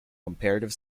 comparative